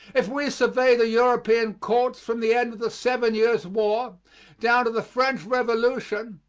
if we survey the european courts from the end of the seven years' war down to the french revolution,